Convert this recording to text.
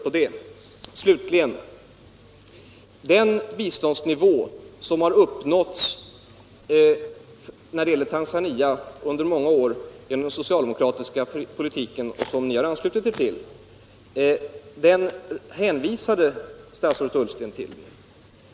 Statsrådet Ullsten hänvisade till den biståndsnivå för Tanzania som under många år har uppnåtts genom den socialdemokratiska politiken, till vilken ni har anslutit er.